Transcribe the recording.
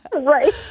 Right